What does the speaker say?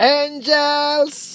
angels